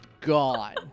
gone